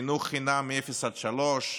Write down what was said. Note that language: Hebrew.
חינוך חינם מאפס עד שלוש,